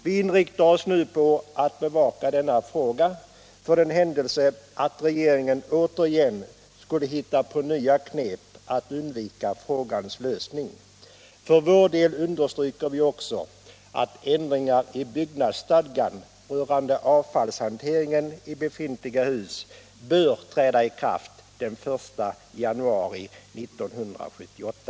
Vi inriktar oss nu på att bevaka frågan för den händelse att regeringen återigen skulle hitta på nya knep att undvika en lösning. För vår del understryker vi också att ändringar i byggnadsstadgan rörande avfallshanteringen i befintliga hus bör träda i kraft den 1 januari 1978.